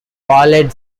walled